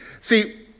See